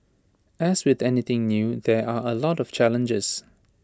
as with anything new there are A lot of challenges